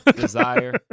desire